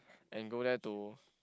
and go there to